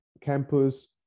campus